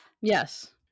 yes